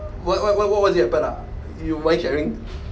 what what what what is it happened ah you mind sharing